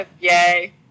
Yay